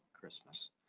Christmas